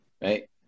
right